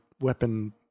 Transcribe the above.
weapon